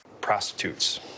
Prostitutes